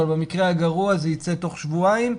אבל במקרה הגרוע זה יצא תוך שבועיים.